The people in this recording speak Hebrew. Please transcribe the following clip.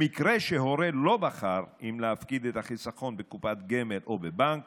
במקרה שהורה לא בחר אם להפקיד את החיסכון בקופת גמל או בבנק